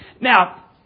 Now